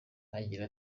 agira